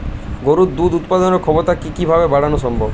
গরুর দুধ উৎপাদনের ক্ষমতা কি কি ভাবে বাড়ানো সম্ভব?